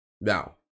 Now